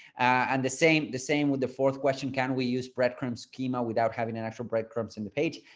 and the same, the same with the fourth question. can we use breadcrumb schema without having an actual breadcrumbs in the page?